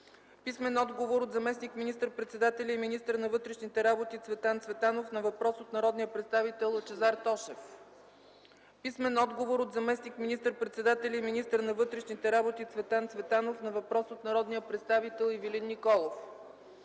Станилов; - заместник министър-председателя и министър на вътрешните работи Цветан Цветанов на въпрос от народния представител Лъчезар Тошев; - заместник министър-председателя и министър на вътрешните работи Цветан Цветанов на въпрос от народния представител Ивелин Николов;